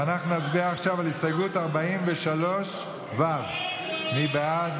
ואנחנו נצביע עכשיו על הסתייגות 43ו'. מי בעד?